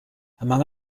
among